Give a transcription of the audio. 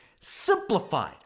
Simplified